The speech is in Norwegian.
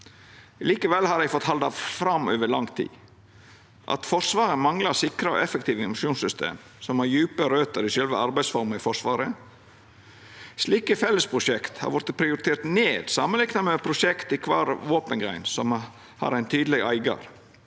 Likevel har dei fått halda fram over lang tid. Forsvaret manglar sikre og effektive informasjonssystem som har djupe røter i sjølve arbeidsforma i Forsvaret. Slike fellesprosjekt har vorte prioriterte ned samanlikna med prosjekt i kvar våpengrein, som har ein tydeleg eigar.